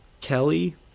Kelly